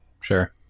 sure